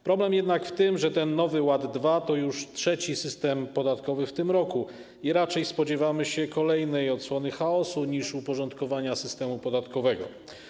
Problem jednak w tym, że ten Nowy Ład 2 to już trzeci system podatkowy w tym roku i raczej spodziewamy się kolejnej odsłony chaosu niż uporządkowania systemu podatkowego.